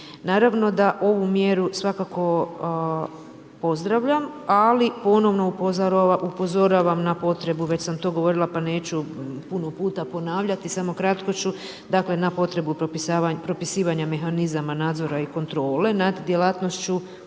Naravno da ovu mjeru svakako pozdravljam, ali ponovno upozoravam na potrebu, već sam to govorila, pa neću puno puta ponavljati, samo kratko ću, dakle, na potrebu propisivanja mehanizama, nadzora i kontrole nad djelatnošću